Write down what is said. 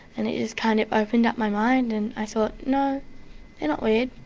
and it just kind of opened up my mind and i thought, no, they're not weird,